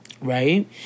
Right